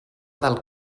del